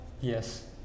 Yes